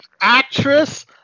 actress